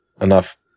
enough